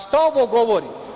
Šta ovo govori?